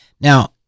Now